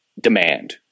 demand